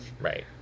right